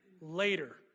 later